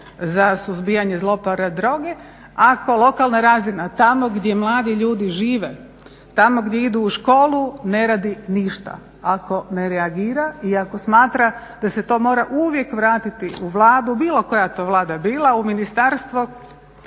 za suzbijanje zlouporabe droge ako lokalna razina tamo gdje mladi ljudi žive, tamo gdje idu u školu ne radi ništa, ako ne reagira i ako smatra da se to mora uvijek vratiti u Vladu, bilo koja to Vlada bila, u Ministarstvo